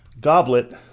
goblet